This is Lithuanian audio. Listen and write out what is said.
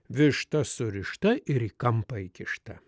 višta surišta ir į kampą įkišta